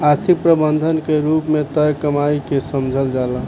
आर्थिक प्रबंधन के रूप में तय कमाई के समझल जाला